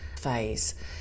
phase